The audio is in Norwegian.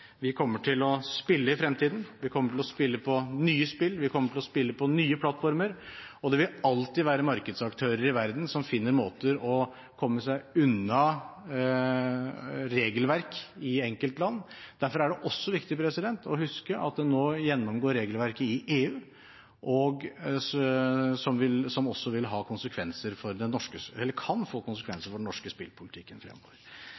Vi kommer til å spille i fremtiden, vi kommer til å spille nye spill, vi kommer til å spille på nye plattformer, og det vil alltid være markedsaktører i verden som finner måter å komme seg unna regelverk i enkeltland på. Derfor er det også viktig å huske at en nå gjennomgår regelverket i EU, noe som også kan få konsekvenser for den norske